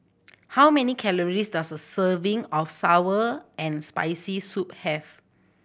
how many calories does a serving of sour and Spicy Soup have